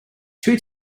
two